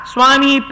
Swami